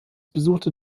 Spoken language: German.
besuchte